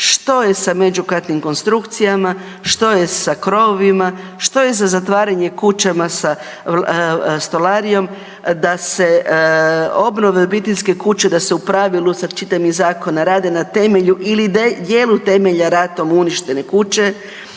što je sa međukatnim konstrukcijama, što je sa krovovima, što je za zatvaranje kućama sa stolarijom da se obnove obiteljske kuće, da se u pravilu, sad čitam iz zakona, rade na temelju ili dijelu temelja ratom uništene kuće,